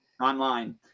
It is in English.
Online